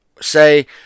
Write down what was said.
say